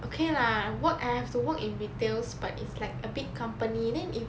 okay lah work I have to work in retails but it's like a big company then if